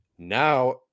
Now